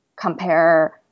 compare